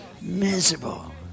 Miserable